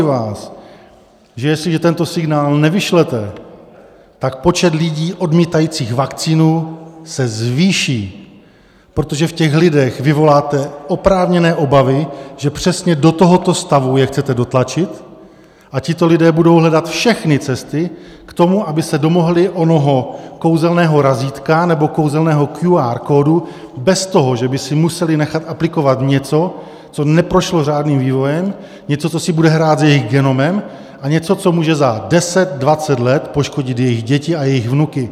Varuji vás, že jestliže tento signál nevyšlete, tak počet lidí odmítajících vakcínu se zvýší, protože v těch lidech vyvoláte oprávněné obavy, že přesně do tohoto stavu je chcete dotlačit, a tito lidé budou hledat všechny cesty k tomu, aby se domohli onoho kouzelného razítka nebo kouzelného QR kódu bez toho, že by si museli nechat aplikovat něco, co neprošlo řádným vývojem, něco, co si bude hrát s jejich genomem, a něco, co může za deset, dvacet let poškodit jejich děti a jejich vnuky.